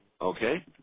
Okay